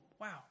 Wow